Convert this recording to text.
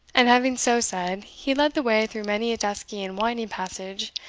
and having so said, he led the way through many a dusky and winding passage,